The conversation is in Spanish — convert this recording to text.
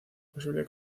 posible